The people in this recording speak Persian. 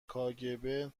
کاگب